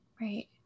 Right